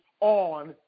on